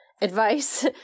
advice